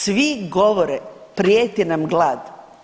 Svi govore prijeti nam glad.